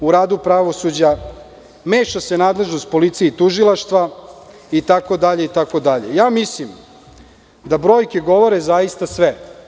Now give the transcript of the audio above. U radu pravosuđa meša se nadležnost policije i tužilaštva itd. mislim da brojke govore zaista sve.